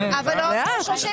עוד לא עברו 30 שניות.